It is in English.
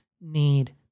need